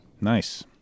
Nice